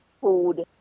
Food